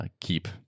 keep